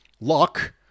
luck